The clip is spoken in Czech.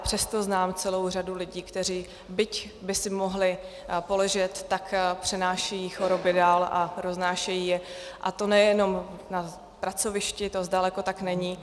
Přesto znám celou řadu lidí, kteří byť by si mohli poležet, tak přenášejí choroby dál a roznášejí je, a to nejenom na pracovišti, to zdaleka tak není.